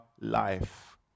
life